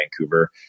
Vancouver